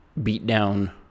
beatdown